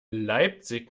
leipzig